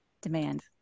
demand